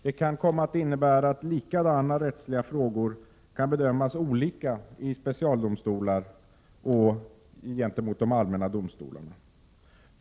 Det kan komma att innebära att likadana rättsliga frågor bedöms olika i specialdomstolar och de allmänna domstolarna.